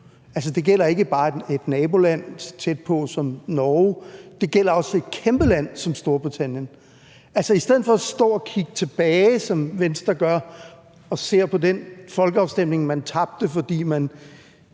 det gælder ikke bare et naboland som Norge, det gælder også et kæmpe land som Storbritannien. I stedet for at stå og kigge tilbage, som Venstre gør, og se på den folkeafstemning, man tabte, fordi man